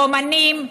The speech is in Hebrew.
רומנים,